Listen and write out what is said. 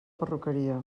perruqueria